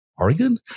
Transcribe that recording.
Oregon